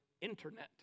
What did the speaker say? internet